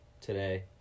today